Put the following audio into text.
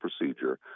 procedure